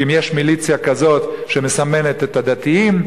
כי אם יש מיליציה כזאת שמסמנת את הדתיים,